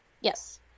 Yes